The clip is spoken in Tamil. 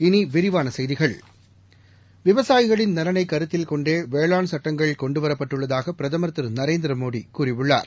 இனி விரிவான செய்திகள் விவசாயிகளின் நலனை கருத்தில் கொண்டே வேளாண் சட்டங்கள் கொண்டுவரப்பட்டுள்ளதாக பிரதமர் திரு நரேந்திரமோடி கூறியுள்ளார்